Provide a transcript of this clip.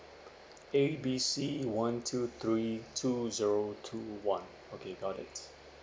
A B C one two three two zero two one okay got it